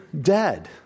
dead